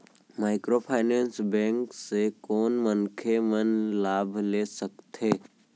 Microfinance bank से कोन मनखे मन लाभ ले सकथे?